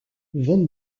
van